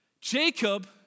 Jacob